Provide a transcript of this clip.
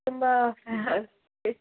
ತುಂಬ